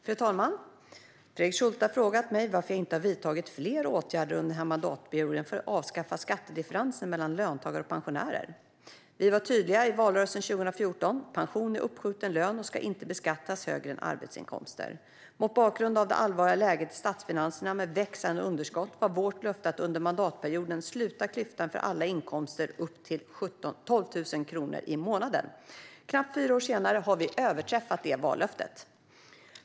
Fru talman! Fredrik Schulte har frågat mig varför jag inte har vidtagit fler åtgärder under den här mandatperioden för att avskaffa skattedifferensen mellan löntagare och pensionärer. Vi var tydliga i valrörelsen 2014. Pension är uppskjuten lön och ska inte beskattas högre än arbetsinkomster. Mot bakgrund av det allvarliga läget i statsfinanserna med växande underskott var vårt löfte att under mandatperioden sluta klyftan för alla inkomster upp till 12 000 kronor i månaden. Knappt fyra år senare har vi överträffat det vallöftet.